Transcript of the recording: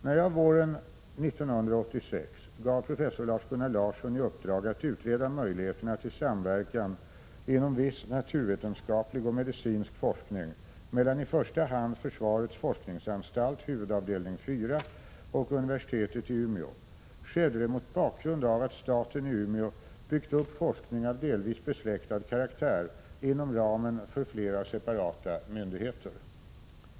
När jag våren 1986 gav professor Lars-Gunnar Larsson i uppdrag att utreda möjligheterna till samverkan inom viss naturvetenskaplig och medi 13 cinsk forskning mellan i första hand försvarets forskningsanstalt, huvudavdelning 4, och universitetet i Umeå skedde det mot bakgrund av att staten i Umeå byggt upp forskning av delvis besläktad karaktär inom ramen för flera separata myndigheter.